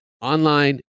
online